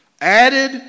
added